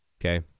okay